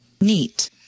Neat